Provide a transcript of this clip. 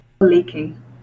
Leaking